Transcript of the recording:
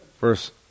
Verse